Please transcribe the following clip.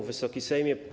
Wysoki Sejmie!